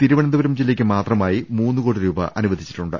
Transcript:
തിരുവനന്ത പുരം ജില്ലക്ക് മാത്രമായി മൂന്ന് കോടി രൂപ അനുവദിച്ചിട്ടുണ്ട്